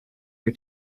her